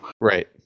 Right